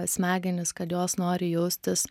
smegenis kad jos nori jaustis